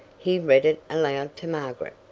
he read it aloud to margaret.